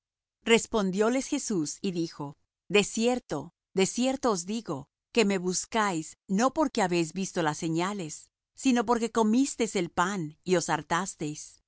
acá respondióles jesús y dijo de cierto de cierto os digo que me buscáis no porque habéis visto las señales sino porque comisteis el pan y